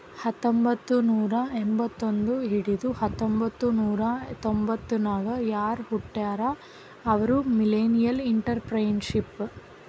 ಹತ್ತಂಬೊತ್ತ್ನೂರಾ ಎಂಬತ್ತೊಂದ್ ಹಿಡದು ಹತೊಂಬತ್ತ್ನೂರಾ ತೊಂಬತರ್ನಾಗ್ ಯಾರ್ ಹುಟ್ಯಾರ್ ಅವ್ರು ಮಿಲ್ಲೆನಿಯಲ್ಇಂಟರಪ್ರೆನರ್ಶಿಪ್